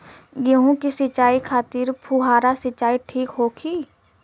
गेहूँ के सिंचाई खातिर फुहारा सिंचाई ठीक होखि?